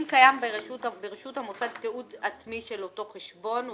אם קיים ברשות המוסד תיעוד עצמי של אותו חשבון,